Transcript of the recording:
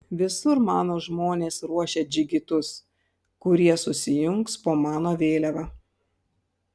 visur mano žmonės ruošia džigitus kurie susijungs po mano vėliava